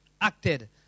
acted